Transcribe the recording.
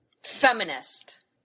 feminist